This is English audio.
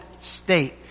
state